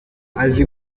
azi